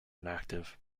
inactive